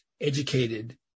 educated